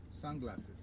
sunglasses